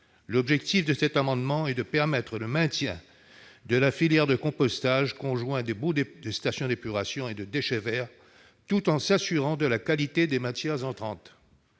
L'objet de cet amendement est de permettre le maintien de la filière de compostage conjoint des boues de stations d'épuration et des déchets verts, tout en s'assurant de la qualité des matières entrantes.